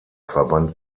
verband